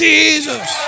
Jesus